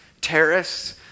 terrorists